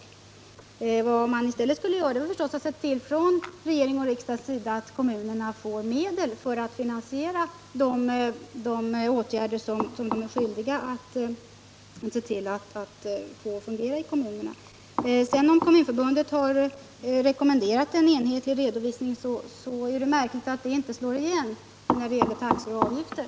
Vad regering och riksdag i stället borde göra är förstås att se till att kommunerna får medel till att finansiera de åtgärder som de är skyldiga att vidta. Om Kommunförbundet har rekommenderat en enhetlig redovisning, är det märkligt att det inte slår igenom när det gäller taxor och avgifter.